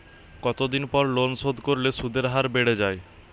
কতদিন পর লোন শোধ করলে সুদের হার বাড়ে য়ায়?